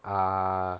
err